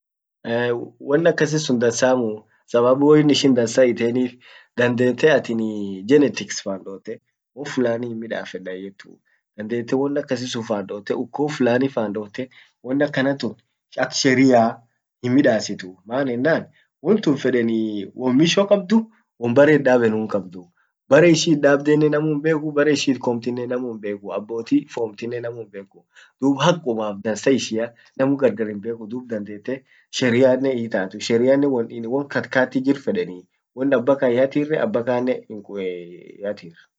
won aqasisun dansamuu sababu woin ishin dansa hiiteinif dandetee atin genetics fan dotte won fulani himmidafeda hinyetu dandete won akasi sun fan dotte ukoo flani fan dotete won akanan tun ak sheria himmidasitu maan ennan won tun feden ee won misho kabdu, won barre it dabenuu kabd, barre ishin itdabdenen barre ishin it komtinnen namu himbekuu abboti fomtinnen dub haqummaf dansaishia namu gargar himbekuu, dun dandete sherianen hiitatuu, sherianen won katkati jir fedeni won abbakan hiathirre abakkane hinkue eeh hiathir